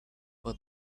but